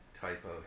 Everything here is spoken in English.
typo